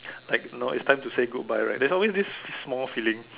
like no it's time to say goodbye right there's always this this small feeling